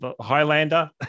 Highlander